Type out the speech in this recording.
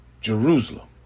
Jerusalem